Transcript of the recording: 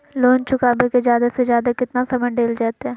Loan चुकाबे के जादे से जादे केतना समय डेल जयते?